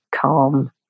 calm